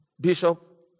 Bishop